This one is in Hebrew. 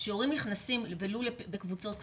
שהורים נכנסים ולו בקבוצות קטנות,